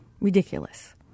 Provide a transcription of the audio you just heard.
ridiculous